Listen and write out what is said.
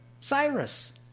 Cyrus